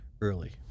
early